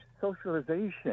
socialization